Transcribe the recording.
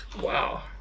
Wow